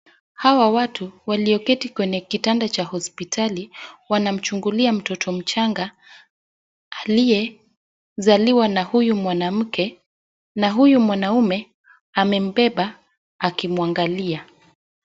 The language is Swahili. Hawa watu walioketi kwenye kitanda cha hosipitali wanamchungulia mtoto mchanga aliyezaliwa na huyu mwanamke na huyu mwanaume amembeba akimwangalia.